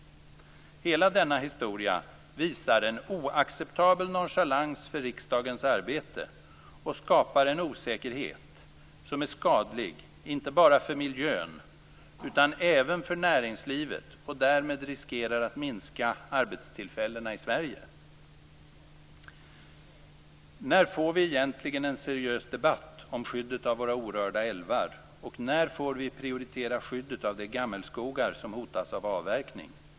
Hela denna historia visar på en oacceptabel nonchalans för riksdagens arbete och skapar en osäkerhet som är skadlig inte bara för miljön utan även för näringslivet och därmed riskerar att minska arbetstillfällena i Sverige. När får vi egentligen en seriös debatt om skyddet av våra orörda älvar, och när får vi prioritera skyddet av de gammelskogar som hotas av avverkning?